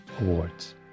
Awards